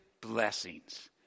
blessings